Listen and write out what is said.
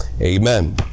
Amen